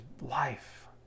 life